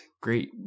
great